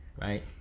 right